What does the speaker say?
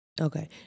Okay